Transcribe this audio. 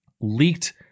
leaked